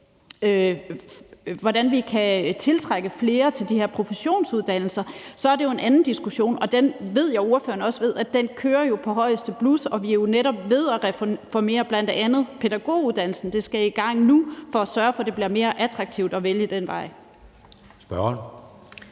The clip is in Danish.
hvordan vi kan tiltrække flere til de her professionsuddannelser, så er det jo en anden diskussion, og jeg ved, at ordføreren også ved, at den kører på højeste blus. Og vi er netop ved at reformere bl.a. pædagoguddannelsen – det skal i gang nu – for at sørge for, at det bliver mere attraktivt at vælge den vej. Kl.